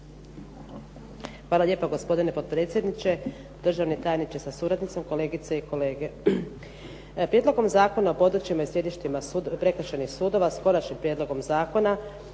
Hvala lijepo gospodine potpredsjedniče, državni tajniče sa suradnicom, kolegice i kolege. Ovim Prijedlogom zakona o sjedištima prekršajnih sudova završava, kako